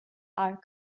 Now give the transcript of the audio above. are